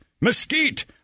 mesquite